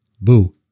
Boo